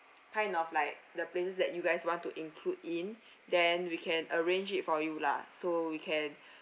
kind of like the places that you guys want to include in then we can arrange it for you lah so we can